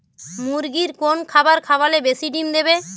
মুরগির কোন খাবার খাওয়ালে বেশি ডিম দেবে?